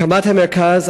המרכז,